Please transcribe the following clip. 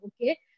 okay